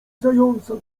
zająca